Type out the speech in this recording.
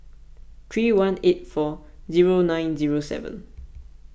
three one eight four zero nine zero seven